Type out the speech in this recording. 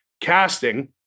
casting